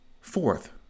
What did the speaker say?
Fourth